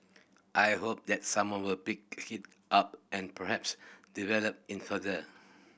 I hope that someone will pick hit up and perhaps develop in further